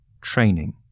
training